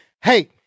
Hey